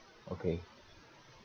okay